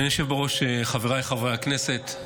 אדוני היושב בראש, חבריי חברי הכנסת,